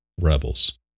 Rebels